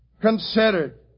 considered